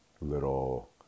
little